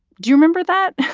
do you remember that?